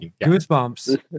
goosebumps